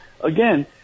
again